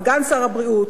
סגן שר הבריאות,